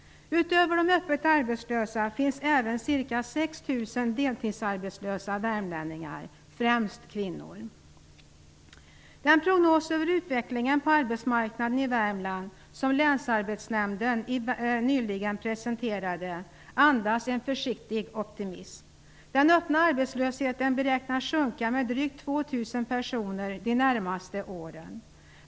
Utöver de öppet arbetslösa finns även ca 6 000 deltidsarbetslösa värmlänningar, främst kvinnor. Den prognos över utvecklingen på arbetsmarknaden i Värmland som länsarbetsnämnden nyligen presenterade andas en försiktig optimism. Den öppna arbetslösheten beräknas sjunka med drygt 2 000 personer de närmaste åren.